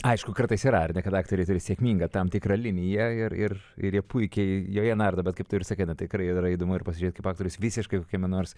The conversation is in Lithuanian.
aišku kartais ir yra ar ne kad aktoriai turi sėkmingą tam tikrą liniją ir ir ir jie puikiai joje nardo bet kaip tu ir sakai na tikrai yra įdomu ir pažiūrėt kaip aktorius visiškai kokiame nors